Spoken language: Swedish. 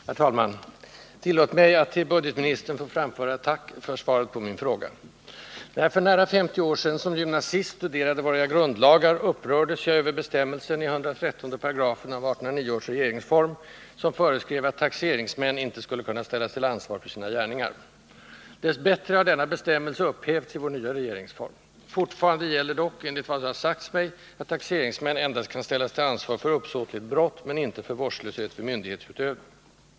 Herr talman! Tillåt mig att till budgetministern framföra ett tack för svaret på min fråga. När jag för nära femtio år sedan som gymnasist studerade våra grundlagar upprördes jag över bestämmelsen i 113 § av 1809 års regeringsform, som föreskrev att taxeringsmän inte skulle kunna ställas till ansvar för sina gärningar. Dess bättre har denna bestämmelse upphävts i vår nya regeringsform. Fortfarande gäller dock, enligt vad det sagts mig, att ”taxeringsmän” endast kan ställas till ansvar för uppsåtligt brott, men inte för vårdslöshet vid myndighetsutövning.